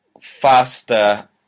faster